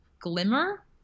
glimmer